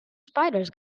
spiders